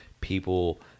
people